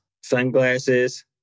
Sunglasses